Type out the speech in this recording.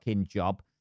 job